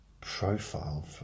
profile